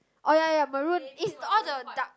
oh ya ya maroon is all the dark